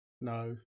No